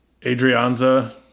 Adrianza